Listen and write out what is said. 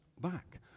back